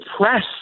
press